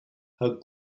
her